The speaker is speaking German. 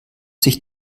sich